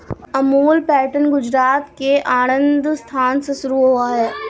Amul pattern Gujarat के आणंद स्थान से शुरू हुआ है